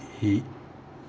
he